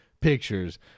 pictures